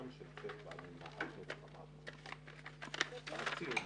11:35.